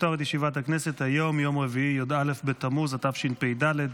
היום יום רביעי י"א בתמוז התשפ"ד,